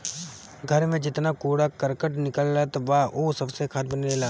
घर में जेतना कूड़ा करकट निकलत बा उ सबसे खाद बनेला